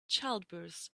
childbirths